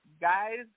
guys